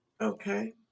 okay